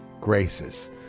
graces